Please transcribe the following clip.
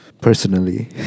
personally